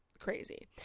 crazy